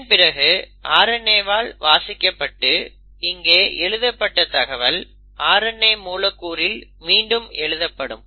இதன் பிறகு RNAவால் வாசிக்கப்பட்டு இங்கே எழுதப்பட்ட தகவல் RNA மூலக்கூறில் மீண்டும் எழுதப்படும்